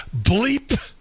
bleep